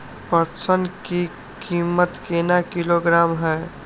पटसन की कीमत केना किलोग्राम हय?